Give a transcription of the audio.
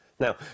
Now